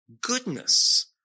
goodness